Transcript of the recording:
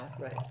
Right